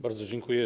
Bardzo dziękuję.